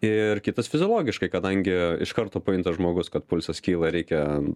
ir kitas fiziologiškai kadangi iš karto pajunta žmogus kad pulsas kyla reikia